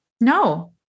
No